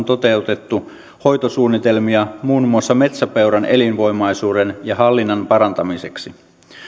toteutettu hoitosuunnitelmia muun muassa metsäpeuran elinvoimaisuuden ja hallinnan parantamiseksi